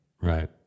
Right